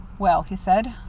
well, he said,